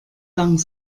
lang